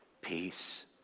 peace